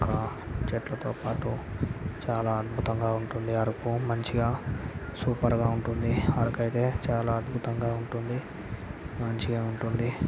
ఇంకా చెట్లతో పాటు చాలా అద్భుతంగా ఉంటుంది అరకు మంచిగా సూపర్గా ఉంటుంది అరకు అయితే చాలా అద్భుతంగా ఉంటుంది మంచిగా ఉంటుంది